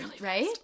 right